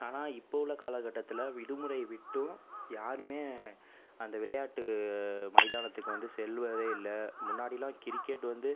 ஆனால் இப்போது உள்ள காலகட்டத்தில் விடுமுறை விட்டும் யாருமே அந்த விளையாட்டு மைதானத்துக்கு வந்து செல்வதே இல்லை முன்னாடிலாம் கிரிக்கெட் வந்து